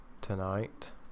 tonight